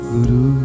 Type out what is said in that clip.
Guru